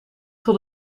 tot